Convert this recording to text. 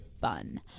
fun